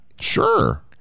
Sure